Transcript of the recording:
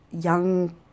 young